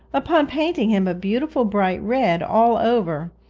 upon painting him a beautiful bright red all over,